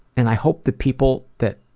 and i hope the people that